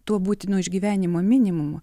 tuo būtinu išgyvenimo minimumu